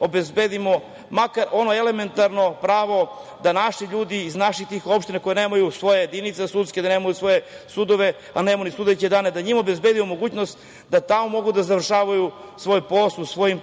obezbedimo makar ono elementarno pravo da naši ljudi iz naših opština koji nemaju svoje sudske jedinice, koji nemaju svoje sudove, a nemaju ni sudeće dane, da njima obezbedimo mogućnost da tamo mogu da završavaju svoj posao, u svojim